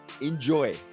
Enjoy